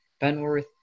Benworth